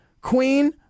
queen